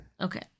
Okay